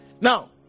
now